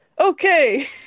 okay